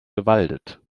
bewaldet